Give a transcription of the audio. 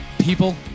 people